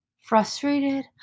frustrated